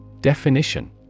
Definition